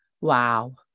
Wow